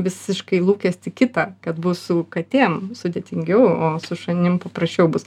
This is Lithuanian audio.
visiškai lūkestį kitą kad bus su katėm sudėtingiau o su šunim paprasčiau bus